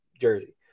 jersey